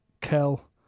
Kel